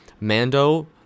Mando